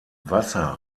wasser